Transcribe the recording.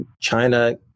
China